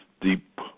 deep